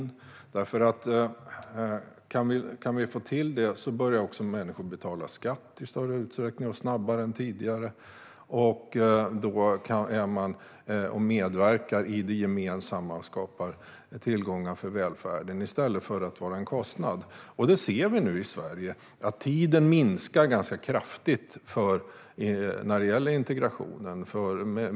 Om människor kommer in i samhället börjar de betala skatt i större utsträckning och snabbare än tidigare. De medverkar då i det gemensamma och skapar tillgångar för välfärden i stället för att vara en kostnad. Vi ser nu i Sverige att tiden minskar kraftigt för integrationen.